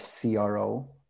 CRO